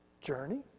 Journey